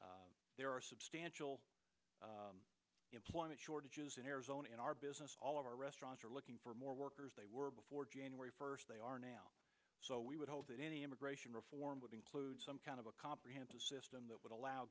citizen there are substantial employment shortages in arizona in our business all of our restaurants are looking for more workers they were before january first they are now so we would hope that any immigration reform would include some kind of a comprehensive system that would allow